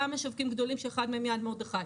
משווקים גדולים, כשאחד מהם הוא "יד מרדכי".